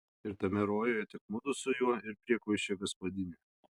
ir tame rojuje tik mudu su juo ir priekvaišė gaspadinė